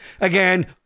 again